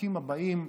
לחוקים הבאים,